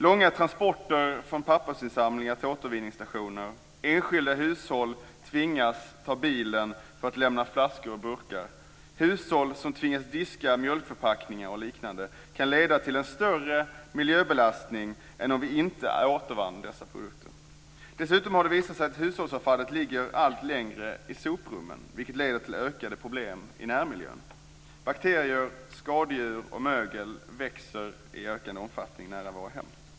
Långa transporter från pappersinsamlingar till återvinningsstationer, enskilda hushåll som tvingas ta bilen för att lämna flaskor och burkar och hushåll som tvingas diska mjölkförpackningar och liknande kan leda till en större miljöbelastning än om vi inte återvann dessa produkter. Dessutom har det visat sig att hushållsavfallet ligger allt längre i soprummen, vilket leder till ökade problem i närmiljön. Bakterier, skadedjur och mögel växer i ökad omfattning nära våra hem.